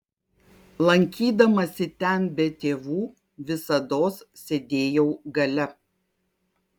lankydamasi ten be tėvų visados sėdėjau gale